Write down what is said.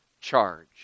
charge